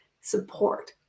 support